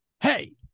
Hey